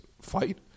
fight